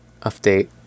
update